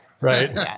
right